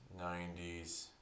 90s